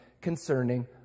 concerning